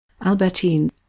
Albertine